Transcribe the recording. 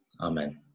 Amen